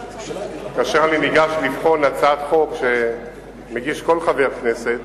כאשר אני ניגש לבחון הצעת חוק שמגיש כל חבר הכנסת,